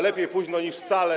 Lepiej późno niż wcale.